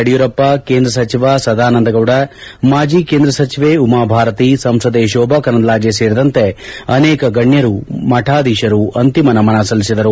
ಯಡಿಯೂರಪ್ಪ ಕೇಂದ್ರ ಸಚಿವ ಸದಾನಂದ ಗೌಡ ಮಾಜಿ ಕೇಂದ್ರ ಸಚೆವೆ ಉಮಾಭಾರತಿ ಸಂಸದೆ ಶೋಭಾ ಕರಂದ್ಲಾಜೆ ಸೇರಿದಂತೆ ಅನೇಕ ಗಣ್ಯರು ಮಠಾಧೀಶರು ಅಂತಿಮ ನಮನ ಸಲ್ಲಿಸಿದರು